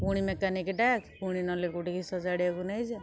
ପୁଣି ମେକାନିକ୍ ଡ଼ାକ ପୁଣି ନହେଲେ କେଉଁଠିକି ସଜଡ଼ିବାକୁ ନେଇଯାଅ